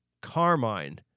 Carmine